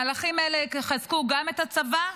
מהלכים אלה יחזקו גם את הצבא,